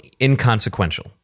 inconsequential